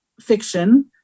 fiction